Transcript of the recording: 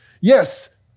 yes